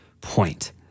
point